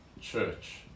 church